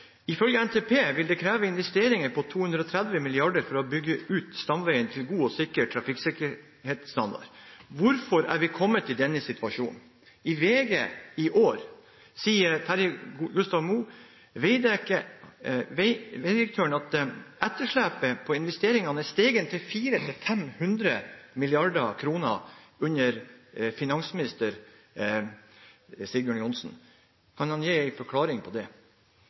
NTP vil det kreve investeringer på 230 milliarder for å utbygge stamveiene til god og trafikksikker standard. Hvorfor er vi kommet i denne situasjon?» I VG sier Terje Moe Gustavsen, veidirektøren, at etterslepet på investeringene er steget til 4–500 mrd. kr under finansminister Sigbjørn Johnsen. Kan finansministeren gi en forklaring på det?